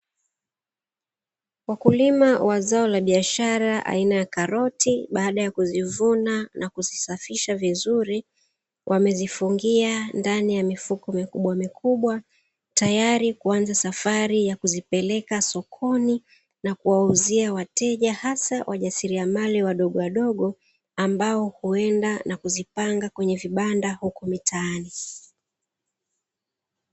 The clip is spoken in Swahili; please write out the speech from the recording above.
Wakulima wa zao la biashara aina ya karoti baada ya kuzivuna na kuzisafisha vizuri, wamezifungia ndani ya mifuko mikubwa mikubwa, tayari kuanza safari ya kuzipeleka sokoni na kuwauzia wateja hasa wajasiriamali wadogo wadogo ambao huenda na kuzipanga kwenye vibanda huko mitaani.